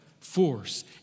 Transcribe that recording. force